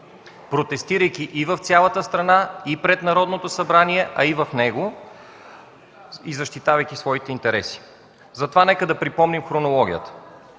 протестирайки и в цялата страна, и пред Народното събрание, а и в него, и защитавайки своите интереси. Затова нека да припомним хронологията.